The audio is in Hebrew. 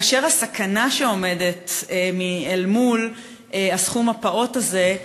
בעוד הסכנה לעומת הסכום הפעוט הזה,